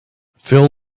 fill